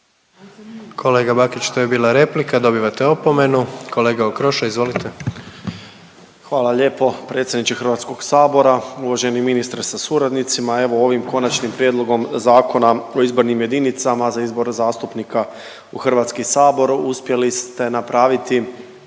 Kolega Bakić, to je bila replika. Dobivate opomenu. Kolega Okroša, izvolite. **Okroša, Tomislav (HDZ)** Hvala lijepo predsjedniče Hrvatskog sabora, uvaženi ministre sa suradnicima. Evo ovim Konačnim prijedlogom zakona o izbornim jedinicama za izbor zastupnika u Hrvatski sabor uspjeli ste napraviti